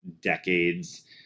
decades